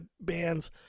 bands